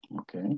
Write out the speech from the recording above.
Okay